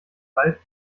wald